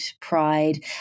pride